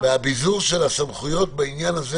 מהביזור של הסמכויות,